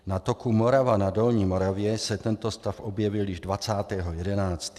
Na toku Morava na Dolní Moravě se tento stav objevil již 20. 11.